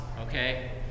Okay